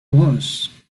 was